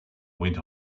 went